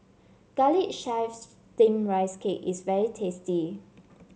Garlic Chives Steamed Rice Cake is very tasty